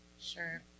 Sure